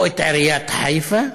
או את עיריית חיפה,